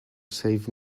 save